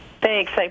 Thanks